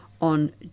on